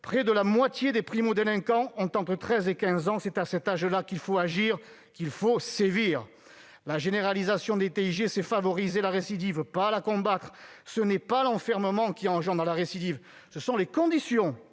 Près de la moitié des primo-délinquants ont entre treize et quinze ans : c'est à cet âge-là qu'il faut agir, qu'il faut sévir. La généralisation des TIG, c'est favoriser la récidive, pas la combattre ! Ce n'est pas l'enfermement qui engendre la récidive, mais bien les conditions